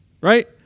right